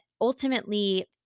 ultimately